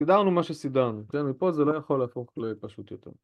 סידרנו מה שסידרנו, כן, פה זה לא יכול להפוך לפשוט יותר